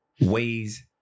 ways